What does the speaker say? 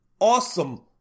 awesome